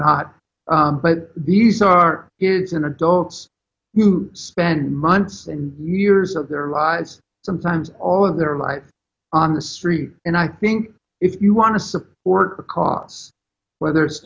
not but these are kids and adults spend months and years of their lives sometimes all of their life on the street and i think if you want to support the cause whether it's